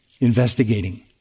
investigating